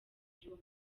ry’uwo